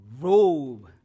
robe